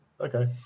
Okay